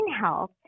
health